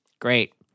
Great